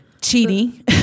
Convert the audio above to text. cheating